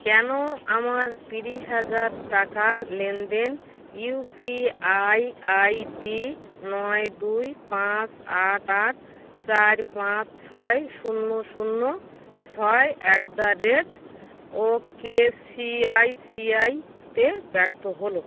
কেন আমার তিরিশ হাজার টাকার লেনদেন U P I I D নয় দুই পাঁচ আট আট চার পাঁচ ছয় শূন্য শূন্য ছয় at the rate okay C I C আইতে ব্যর্থ হলো